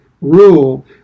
rule